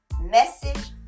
message